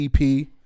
EP